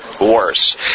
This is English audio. worse